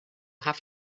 have